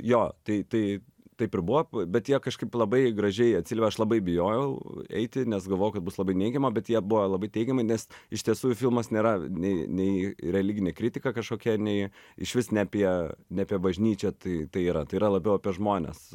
jo tai tai taip ir buvo bet jie kažkaip labai gražiai atsiliepė aš labai bijojau eiti nes galvojau kad bus labai neigiama bet jie buvo labai teigiamai nes iš tiesų filmas nėra nei nei religinė kritika kažkokia nei išvis ne apie ne apie bažnyčią tai tai yra tai yra labiau apie žmones